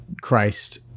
christ